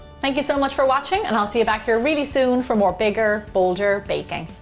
thank you so much for watching and i'll see you back here really soon for more bigger bolder baking.